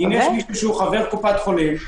אם יש מישהו שהוא חבר קופת חולים,